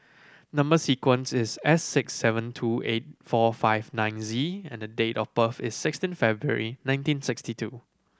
number sequence is S six seven two eight four five nine Z and the date of birth is sixteen February nineteen sixty two